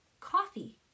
coffee